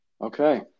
Okay